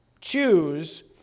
choose